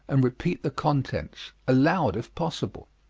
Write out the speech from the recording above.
and repeat the contents aloud, if possible.